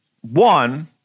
one